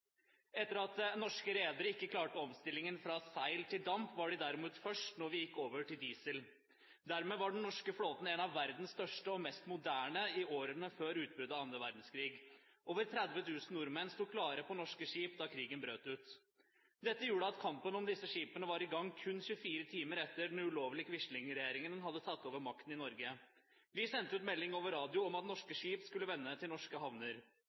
Etter at norske redere ikke klarte omstillingen fra seil til damp, var vi derimot først på da vi gikk over til diesel. Dermed var den norske flåten en av verdens største og mest moderne i årene før utbruddet av annen verdenskrig. Over 30 000 nordmenn sto klare på norske skip da krigen brøt ut. Dette gjorde at kampen om disse skipene var i gang kun 24 timer etter at den ulovlige Quisling-regjeringen hadde tatt over makten i Norge. Den sendte ut melding over radio om at norske skip skulle vende